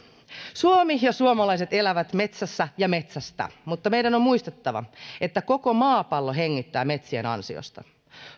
suomi ja suomalaiset elävät metsässä ja metsästä mutta meidän on on muistettava että koko maapallo hengittää metsien ansiosta